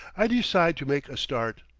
i decide to make a start.